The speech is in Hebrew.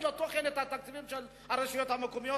מתוכן את התקציבים של הרשויות המקומיות,